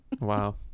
Wow